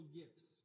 gifts